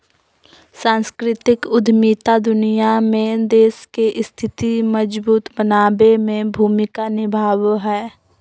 सांस्कृतिक उद्यमिता दुनिया में देश के स्थिति मजबूत बनाबे में भूमिका निभाबो हय